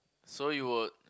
so you would